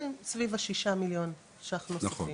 זה סביב ששה מיליון ₪ נוספים.